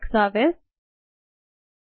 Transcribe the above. మళ్లీ lecture number 5లో కలుసుకుందాం